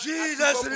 Jesus